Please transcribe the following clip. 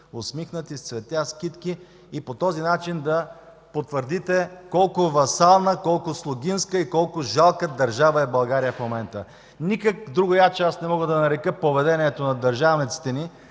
усмихнати, с цветя, с китки и по този начин да потвърдите колко васална, колко слугинска и колко жалка държава е България в момента! Никак по друг начин не мога да нарека поведението на държавниците ни